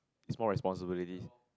is more responsibilities